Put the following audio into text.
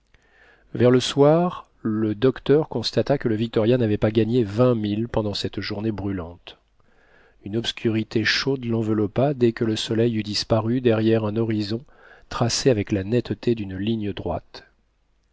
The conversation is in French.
vers le soir le docteur constata que le victoria n'avait pas gagné vingt milles pendant cette journée brûlante une obscurité chaude l'enveloppa dès que le soleil eut disparu derrière un horizon tracé avec la netteté d'une ligne droite